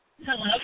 Hello